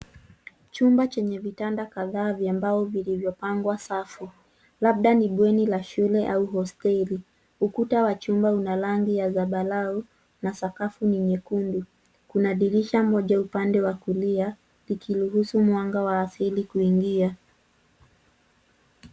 Chumba chenye vitanda kadhaa vya mbao vilivyopangwa safu, labda ni bweni la shule au hosteli. Ukuta wa chumba una rangi ya zambarau na sakafu ni nyekundu. Kuna dirisha moja upande wa kulia ikiruhusu mwanga wa asili kuingia.